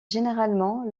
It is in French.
généralement